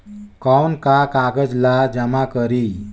कौन का कागज ला जमा करी?